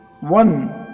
one